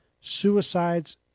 suicides